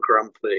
grumpy